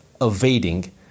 evading